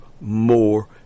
more